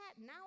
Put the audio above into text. now